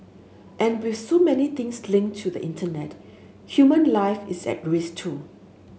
and with so many things linked to the Internet human life is at risk too